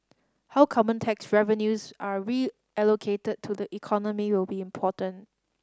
how carbon tax revenues are reallocated to the economy will be important